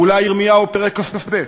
או אולי ירמיהו פרק כ"ב: